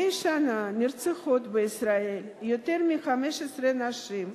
מדי שנה נרצחות בישראל יותר מ-15 נשים,